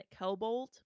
Kelbold